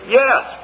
yes